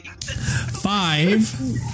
Five